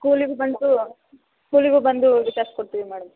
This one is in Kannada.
ಸ್ಕೂಲಿಗೂ ಬಂದು ಸ್ಕೂಲಿಗೂ ಬಂದು ವಿಚಾರ್ಸ್ಕೊಳ್ತೀವಿ ಮೇಡಮ್